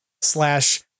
slash